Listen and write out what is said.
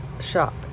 shop